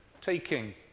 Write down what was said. taking